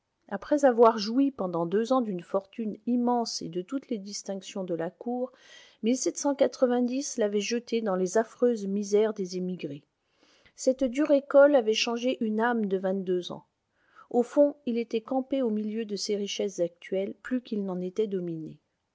après avoir joui pendant deux ans d'une fortune immense et de toutes les distinctions de la cour l'avait jeté dans les affreuses misères des émigrés cette dure école avait changé une âme de vingt-deux ans au fond il était campé au milieu de ses richesses actuelles plus qu'il n'en était dominé